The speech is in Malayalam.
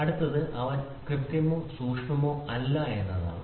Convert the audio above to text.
അടുത്തത് അവൻ കൃത്യമോ സൂക്ഷ്മമോ അല്ല എന്നതാണ്